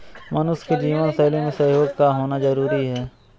मनुष्य की जीवन शैली में सहयोग का होना जरुरी है